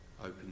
Open